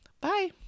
Bye